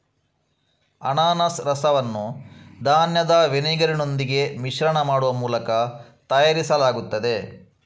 ಅನಾನಸ್ ರಸವನ್ನು ಧಾನ್ಯದ ವಿನೆಗರಿನೊಂದಿಗೆ ಮಿಶ್ರಣ ಮಾಡುವ ಮೂಲಕ ತಯಾರಿಸಲಾಗುತ್ತದೆ